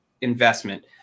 investment